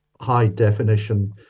high-definition